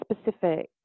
specific